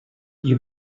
you